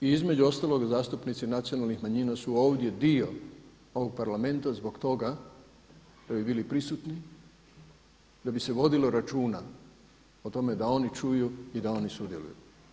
I između ostaloga zastupnici nacionalnih manjina su ovdje dio ovoga parlamenta zbog toga da bi bili prisutni, da bi se vodilo računa o tome da oni čuju i da oni sudjeluju.